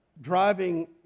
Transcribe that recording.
driving